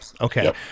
Okay